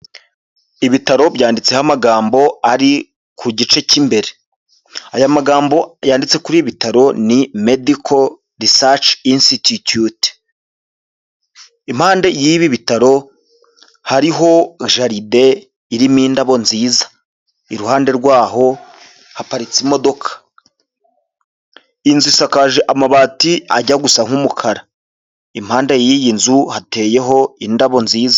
Ibitaro byanditseho amagambo ari ku gice cy'imbere. Aya magambo yanditse kuri ibi bitaro ni mediko risaci insititute. Impande y'ibi bitaro hariho jaride irimo indabo nziza. Iruhande rwaho haparitse imodoka. Inzu isakaje amabati ajya gusa nk'umukara. Impande y'iyi nzu hateyeho indabo nziza.